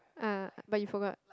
ah but you forgot